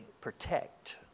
protect